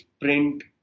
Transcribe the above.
print